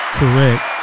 correct